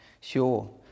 sure